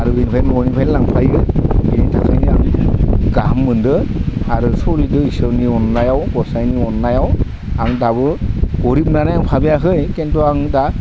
आरो बिनिफ्राय न'निफ्रायनो लांफायो बिनि थाखायनो आं गाहाम मोनदो आरो इसोरनि अननायाव गसाइनि अननायाव आं दाबो गोरिब होननानै भाबियाखै खिन्थु आं दा